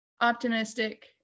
optimistic